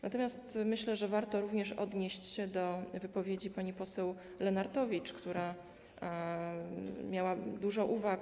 Natomiast myślę, że warto również odnieść się do wypowiedzi pani poseł Lenartowicz, która miała dużo uwag.